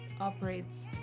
operates